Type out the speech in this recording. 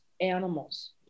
animals